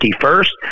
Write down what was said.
first